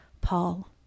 Paul